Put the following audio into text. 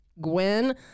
gwen